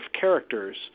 characters